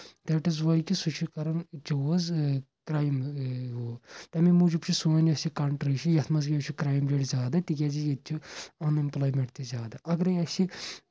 that is why کہِ سُہ چھُ کران چوٗز کرٛایم ہُہ تَمے موٗجوٗب چھُ سٲنۍ یۄس یہِ کنٹری چھِ یَتھ منٛز یہِ چھُ کرٛایم ریٹ زیادٕ تِکیٛازِ ییٚتہِ چھِ ان امپلایمینٹ تہِ زیادٕ اگرے اَسہِ یہِ